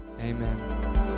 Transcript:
Amen